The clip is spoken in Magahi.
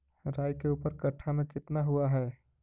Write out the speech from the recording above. राई के ऊपर कट्ठा में कितना हुआ है?